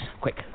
Quick